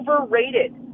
overrated